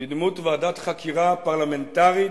בדמות ועדת חקירה פרלמנטרית,